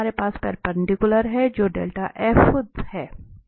तो डॉट उत्पाद हमें 0 देगा